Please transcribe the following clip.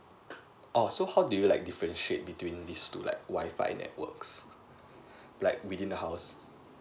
oo so how do you like differentiate between these two like wife networks like within the house